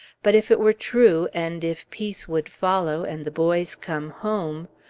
but if it were true, and if peace would follow, and the boys come home!